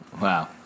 Wow